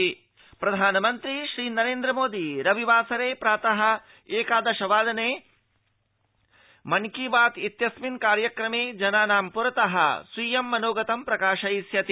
प्रधानमन्त्रीमन की बात प्रधानमन्त्री नरेन्द्र मोदी रविवासरे प्रातः एकादश वादने मन की बात इत्यस्मिन् कार्यक्रमे जनानां प्रतः स्वीयं मनोगतं प्रकाशयिष्यति